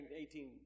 18